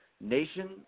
Nation